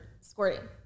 squirting